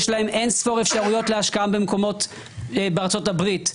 יש להם אין ספור אפשרויות השקעה מקומיות בארצות הברית,